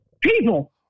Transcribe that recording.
people